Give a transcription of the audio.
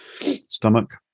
stomach